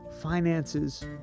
finances